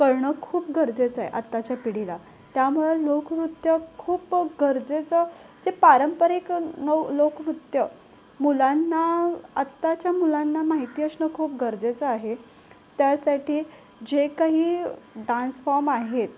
कळणं खूप गरजेचं आहे आताच्या पिढीला त्यामुळं लोकनृत्य खूप गरजेचं ते पारंपरिक नऊ लोकनृत्य मुलांना आताच्या मुलांना माहिती असणं खूप गरजेचं आहे त्यासाठी जे काही डांस फॉर्म आहेत